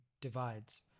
divides